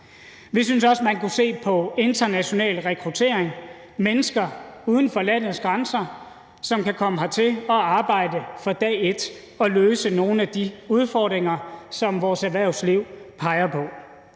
Vi synes også, man kunne se på international rekruttering – mennesker uden for landets grænser, som kan komme hertil og arbejde fra dag et og løse nogle af de udfordringer, som vores erhvervsliv peger på.